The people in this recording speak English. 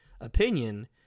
opinion